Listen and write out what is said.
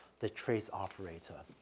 the trace operator.